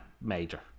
major